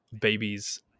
babies